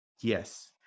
Yes